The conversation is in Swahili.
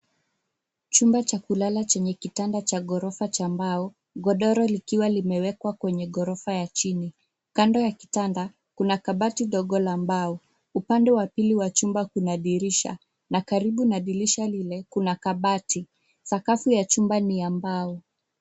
Chumba cha kulala chenye kitanda cha ghorofa cha mbao. Godoro likiwa limewekwa kwenye ghorofa ya chini. Kando ya kitanda, kuna kabati ndogo la mbao. Upande wa pili wa ghorofa kuna dirisha, na karibu na dirisha lile kuna kabati. Sakafu ya chumba ni ya mbao.